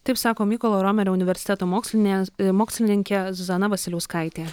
taip sako mykolo romerio universiteto mokslinės mokslininkė zuzana vasiliauskaitė